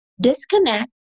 disconnect